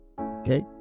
Okay